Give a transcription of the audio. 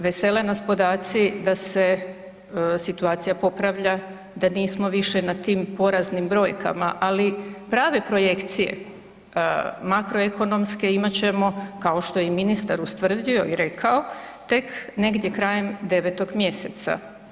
Vesele nas podaci da se situacija popravlja da nismo više na tim poraznim brojkama, ali prave projekcije makroekonomske imat ćemo kao što je i ministar ustvrdio i rekao tek negdje krajem 9. mjeseca.